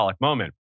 moment